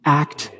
act